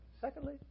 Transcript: Secondly